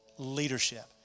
leadership